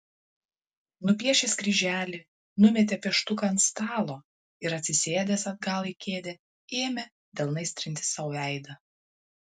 nupiešęs kryželį numetė pieštuką ant stalo ir atsisėdęs atgal į kėdę ėmė delnais trinti sau veidą